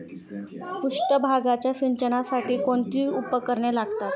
पृष्ठभागाच्या सिंचनासाठी कोणती उपकरणे लागतात?